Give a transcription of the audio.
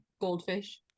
Goldfish